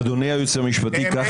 אדוני היועץ המשפטי, קרא בבקשה את הנוסח.